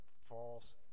false